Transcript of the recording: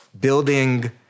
building